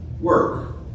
work